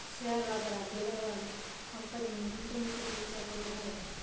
share बाजारात गेल्यावरच कंपनीन गुंतवणुकीचो विचार करूक हवो